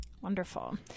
Wonderful